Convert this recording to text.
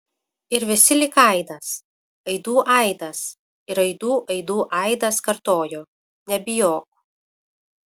ir visi lyg aidas aidų aidas ir aidų aidų aidas kartojo nebijok